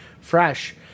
fresh